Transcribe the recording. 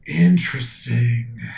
Interesting